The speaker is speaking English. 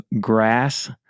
grass